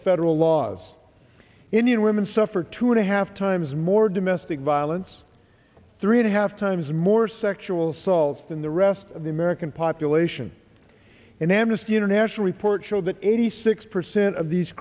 federal laws indian women suffer two and a half times more domestic violence three and a half times more sexual assaults than the rest of the american population an amnesty international report showed that eighty six percent of these